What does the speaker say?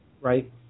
Right